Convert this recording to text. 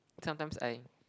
sometimes I